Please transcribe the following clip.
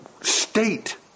state